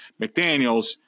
McDaniels